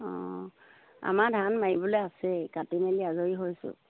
অঁ আমাৰ ধান মাৰিবলৈ আছেই কাটি মেলি আজৰি হৈছোঁ